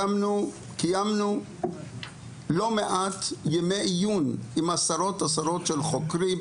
קיימנו לא מעט ימי עיון עם עשרות של חוקרים,